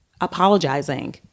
apologizing